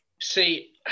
See